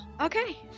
okay